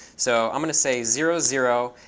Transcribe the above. so i'm going to say zero, zero.